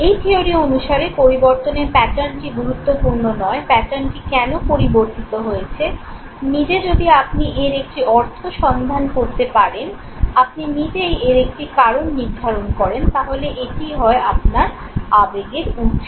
এই থিয়োরি অনুসারে পরিবর্তনের প্যাটার্নটি গুরুত্বপূর্ণ নয় প্যাটার্নটি কেন পরিবর্তিত হয়েছে নিজে যদি আপনি এর একটি অর্থ অনুসন্ধান করতে পারেন আপনি নিজেই এর একটি কারণ নির্ধারণ করেন তাহলে এটি হয়ে যায় আপনার আবেগের উৎস